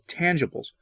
tangibles